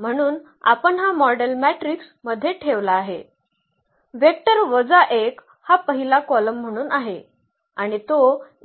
म्हणून आपण हा मॉडेल मॅट्रिक्स मध्ये ठेवला आहे वेक्टर वजा 1 हा पहिला कॉलम म्हणून आहे आणि तो